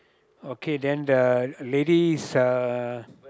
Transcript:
okay then the lady is uh